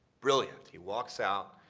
brilliant. he walks out,